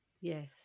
Yes